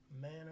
Man